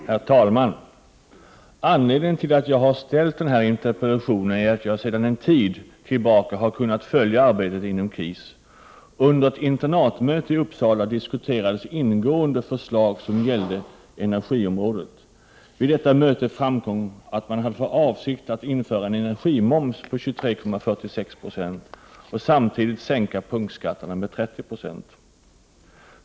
Herr talman! Anledningen till att jag har ställt denna interpellation är att jag sedan en tid tillbaka har kunnat följa arbetet inom KIS. Under ett internatmöte i Uppsala diskuterades ingående förslag som gällde energiområdet. Vid detta möte framkom att man hade för avsikt att införa en energimoms på 23,46 Zo och samtidigt sänka punktskatterna med 30 90.